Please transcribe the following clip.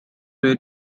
ways